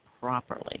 properly